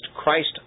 Christ